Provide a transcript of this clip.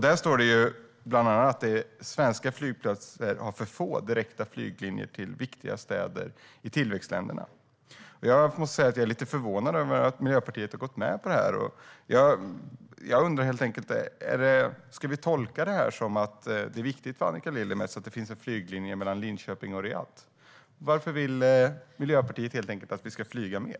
Där står det bland annat att svenska flygplatser har för få direkta flyglinjer till viktiga städer i tillväxtländerna. Jag måste säga att jag är lite förvånad över att Miljöpartiet har gått med på detta. Ska vi tolka det som att det är viktigt för Annika Lillemets att det finns en flyglinje mellan Linköping och Riyadh? Varför vill Miljöpartiet att vi ska flyga mer?